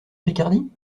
picardie